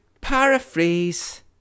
paraphrase